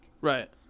Right